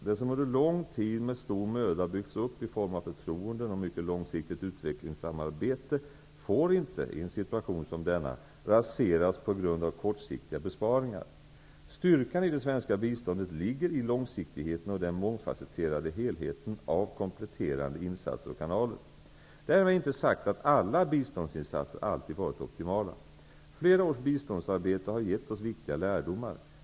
Det som under lång tid med stor möda byggts upp i form av förtroenden och mycket långsiktigt utvecklingssamarbete får inte, i en situation som denna, raseras på grund av kortsiktiga besparingar. Styrkan i det svenska biståndet ligger i långsiktigheten och den mångfasetterade helheten av kompletterande insatser och kanaler. Därmed inte sagt att alla biståndsinsatser alltid varit optimala. Flera års biståndsarbete har gett oss viktiga lärdomar.